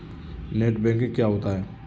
Net banking क्या होता है?